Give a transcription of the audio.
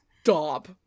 Stop